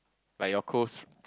like your close